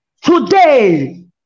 today